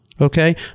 Okay